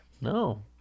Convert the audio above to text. No